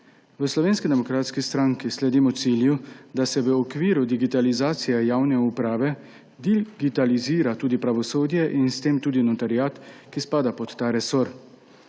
V Slovenski demokratski stranki sledimo cilju, da se v okviru digitalizacije javne uprave digitalizirata tudi pravosodje in s tem tudi notariat, ki spada pod ta resor.